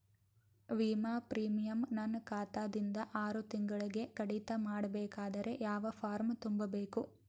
ವಿಮಾ ಪ್ರೀಮಿಯಂ ನನ್ನ ಖಾತಾ ದಿಂದ ಆರು ತಿಂಗಳಗೆ ಕಡಿತ ಮಾಡಬೇಕಾದರೆ ಯಾವ ಫಾರಂ ತುಂಬಬೇಕು?